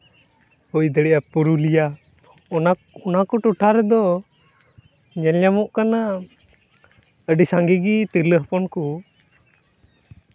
ᱦᱩᱭ ᱫᱟᱲᱮᱭᱟᱜᱼᱟ ᱯᱩᱨᱩᱞᱤᱭᱟᱹ ᱚᱱᱟ ᱚᱱᱟ ᱠᱚ ᱴᱚᱴᱷᱟ ᱨᱮᱫᱚ ᱧᱮᱞ ᱧᱟᱢᱚᱜ ᱠᱟᱱᱟ ᱟᱹᱰᱤ ᱥᱟᱸᱜᱮ ᱜᱮ ᱛᱤᱨᱞᱟᱹ ᱦᱚᱯᱚᱱ ᱠᱚ